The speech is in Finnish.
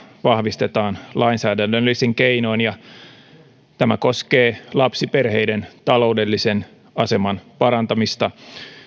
vahvistetaan lainsäädännöllisin keinoin tämä koskee lapsiperheiden taloudellisen aseman parantamista